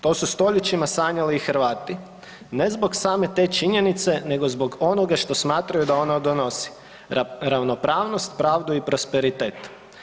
To su stoljećima sanjali i Hrvati, ne zbog same te činjenice nego zbog onoga što smatraju da ona donosi, ravnopravnost, pravdu i prosperitet.